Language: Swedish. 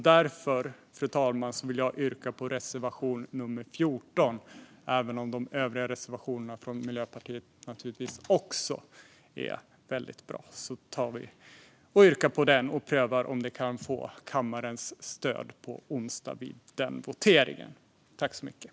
Därför vill jag yrka bifall till reservation 14, även om de övriga reservationerna från Miljöpartiet naturligtvis också är väldigt bra. Vi prövar om de kan få kammarens stöd i voteringen på onsdag.